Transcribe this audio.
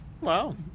Wow